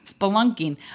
Spelunking